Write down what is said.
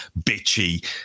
bitchy